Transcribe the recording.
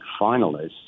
finalists